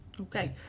Okay